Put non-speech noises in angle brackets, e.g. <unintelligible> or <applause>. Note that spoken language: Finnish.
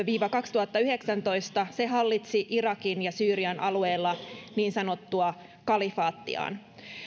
<unintelligible> viiva kaksituhattayhdeksäntoista se hallitsi irakin ja syyrian alueilla niin sanottua kalifaattiaan